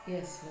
Yes